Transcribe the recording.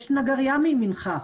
יש נגריה מימינך,